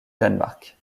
danemark